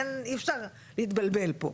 אין, אי אפשר להתבלבל פה.